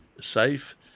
safe